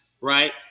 right